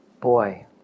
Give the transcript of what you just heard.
boy